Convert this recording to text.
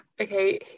okay